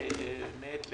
מעת לעת,